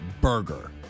burger